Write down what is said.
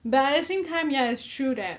but at the same time ya it's true that